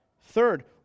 Third